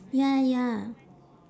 ya ya